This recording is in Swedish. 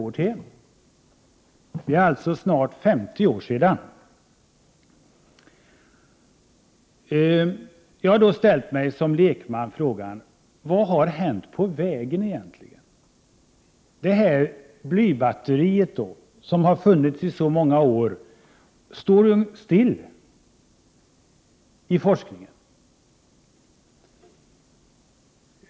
Som lekman har jag ställt mig frågan vad som egentligen har hänt med utvecklingen. Forskningen har t.ex. stått still när det gäller blybatteriet som har funnits i så många år.